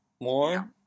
more